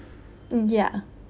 ya